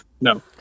no